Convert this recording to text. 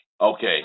okay